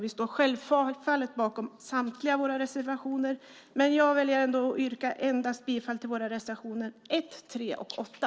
Vi står självfallet bakom samtliga våra reservationer, men jag yrkar bifall till endast reservationerna 1, 3 och 8.